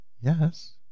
yes